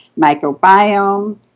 microbiome